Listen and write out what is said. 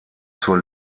zur